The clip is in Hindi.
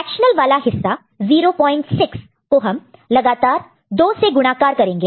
फ्रेक्शनल वाला हिस्सा 06 को हम लगातार 2 से गुणाकार मल्टीप्लाई multiply करेंगे